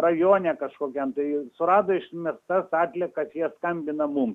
rajone kažkokiam tai surado išmestas atliekas jie skambina mums